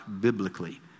biblically